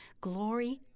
Glory